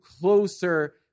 closer